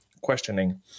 questioning